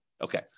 Okay